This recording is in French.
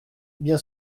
bien